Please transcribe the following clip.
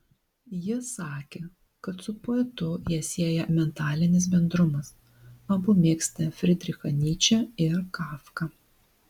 ji sakė kad su poetu ją sieja mentalinis bendrumas abu mėgsta frydrichą nyčę ir kafką